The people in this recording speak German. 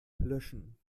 löschen